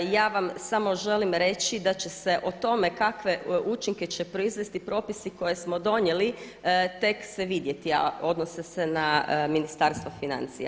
Ja vam samo želim reći da će se o tome kakve učinke će proizvesti propisi koje smo donijeli tek se vidjeti, a odnose se na Ministarstvo financija.